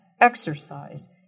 exercise